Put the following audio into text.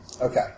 Okay